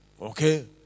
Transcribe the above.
Okay